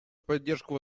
поддержку